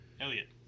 Elliot